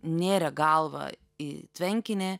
nėrė galva į tvenkinį